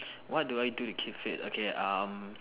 what do I do to keep fit okay um